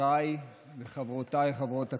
חבריי וחברותיי חברות הכנסת,